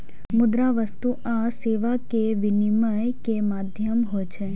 मुद्रा वस्तु आ सेवा के विनिमय के माध्यम होइ छै